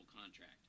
contract